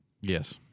yes